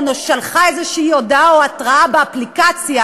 או שלחה איזו הודעה או התראה באפליקציה,